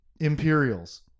Imperials